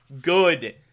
good